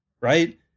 right